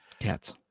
Cats